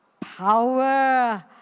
power